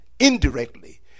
indirectly